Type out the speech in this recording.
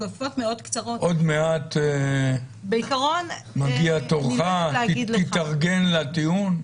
עוד מעט מגיע תורך, תתארגן לדיון.